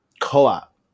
Co-op